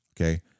Okay